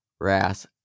Wrath